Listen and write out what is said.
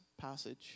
passage